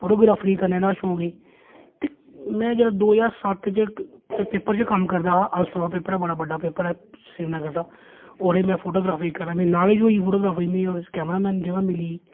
photography करने दा शौंक ही में ते में जेल्लै दो ज्हार सत्त च पेपर च कम्म करदा हा अलसफा पेपर ऐ बड़ा बड्डा पेपर ऐ श्रीनगर दा ओह्दे च में फोटोग्राफरी करने दी नालेज होई गेई फोटोग्राफरी मिगी ओह्दे च कैमरा मैन दी जगह मिली गेई